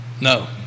No